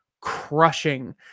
crushing